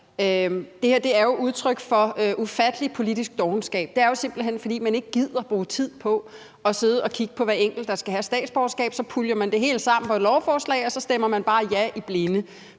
Det her er udtryk for ufattelig politisk dovenskab. Det er simpelt hen, fordi man ikke gider bruge tid på at sidde og kigge på hver enkelt, der skal have statsborgerskab. Så puljer man det hele sammen på et lovforslag, og så stemmer man bare ja i blinde.